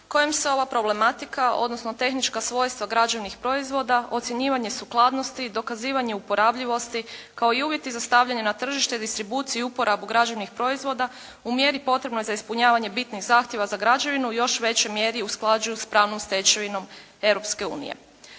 kojim se ova problematika, odnosno tehnička svojstva građevnih proizvoda, ocjenjivanje sukladnosti, dokazivanje uporabljivosti kao i uvjeti za stavljanje na tržište distribuciju i uporabu građevnih proizvoda u mjeri potrebnoj za ispunjavanje bitnih zahtjeva za građevinu u još većoj mjeri usklađuju sa pravnom stečevinom